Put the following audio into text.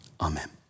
amen